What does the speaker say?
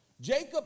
Jacob